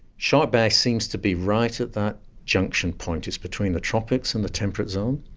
shark bay seems to be right at that junction point. it's between the tropics and the temperate zone.